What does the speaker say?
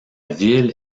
ville